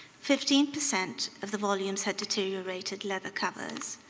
fifteen percent of the volumes had deteriorated leather covers.